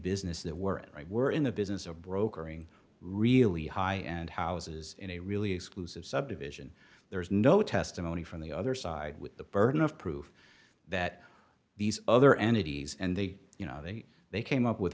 business that we're we're in the business of brokering really high end houses in a really exclusive subdivision there is no testimony from the other side with the burden of proof that these other entities and they you know they they came up with